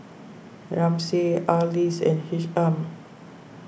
Ramsey Arlis and Isham